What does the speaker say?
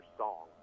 song